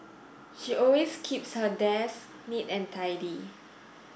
she always keeps her desk neat and tidy